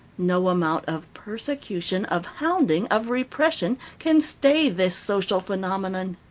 no amount of persecution, of hounding, of repression, can stay this social phenomenon.